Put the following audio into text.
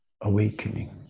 awakening